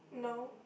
no